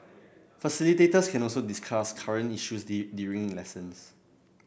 facilitators can also discuss current issues the during lessons